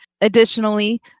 Additionally